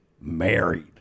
married